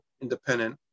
independent